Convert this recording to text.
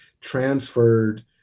transferred